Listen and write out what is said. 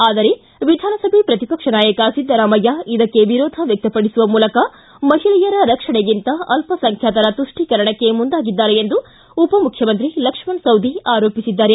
ಆದರೆ ವಿಧಾನಸಭೆ ಪ್ರತಿಪಕ್ಷ ನಾಯಕ ಸಿದ್ದರಾಮಯ್ಯ ಇದಕ್ಕೆ ವಿರೋಧ ವ್ಯಕ್ತಪಡಿಸುವ ಮೂಲಕ ಮಹಿಳೆಯರ ರಕ್ಷಣೆಗಿಂತ ಅಲ್ಪಸಂಬ್ಯಾತರ ತುಷ್ಟೀಕರಣಕ್ಕೆ ಮುಂದಾಗಿದ್ದಾರೆ ಎಂದು ಉಪಮುಖ್ಯಮಂತ್ರಿ ಲಕ್ಷ್ಮಣ ಸವದಿ ಆರೋಪಿಸಿದ್ದಾರೆ